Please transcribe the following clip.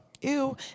ew